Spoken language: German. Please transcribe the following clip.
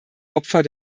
opfer